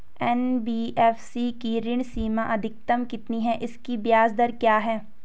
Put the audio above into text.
NBFC की ऋण सीमा अधिकतम कितनी है इसकी ब्याज दर क्या है?